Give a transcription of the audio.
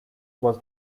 was